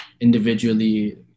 individually